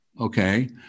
Okay